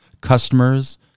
customers